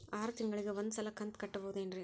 ಆರ ತಿಂಗಳಿಗ ಒಂದ್ ಸಲ ಕಂತ ಕಟ್ಟಬಹುದೇನ್ರಿ?